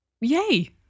Yay